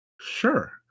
Sure